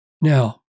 Now